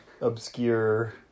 obscure